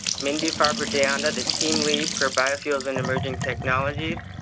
mindi farber-deanda, the team lead for biofuels and emerging technologies,